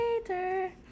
later